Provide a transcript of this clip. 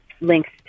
links